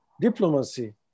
diplomacy